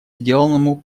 сделанному